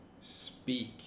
speak